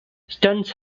stunts